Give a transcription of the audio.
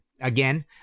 again